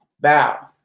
bow